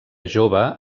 jove